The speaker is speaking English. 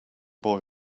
boy